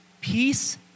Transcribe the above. peace